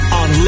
on